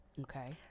Okay